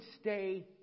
stay